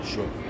Sure